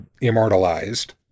immortalized